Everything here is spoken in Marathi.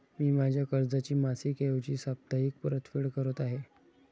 मी माझ्या कर्जाची मासिक ऐवजी साप्ताहिक परतफेड करत आहे